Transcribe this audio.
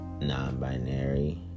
non-binary